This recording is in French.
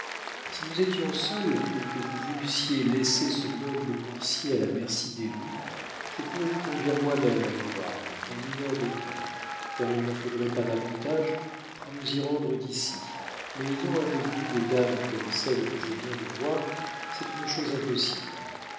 si nous étions seuls et que vous voulussiez laisser ce noble coursier à la merci des loups je pourrais vous conduire moimême à édouard en une heure de temps car il n'en faudrait pas davantage pour nous y rendre d'ici mais ayant avec vous des dames comme celles que je viens de voir c'est une chose impossible